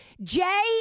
Jay